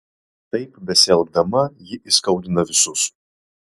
taip besielgdama ji įskaudina visus